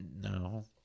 No